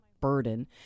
burden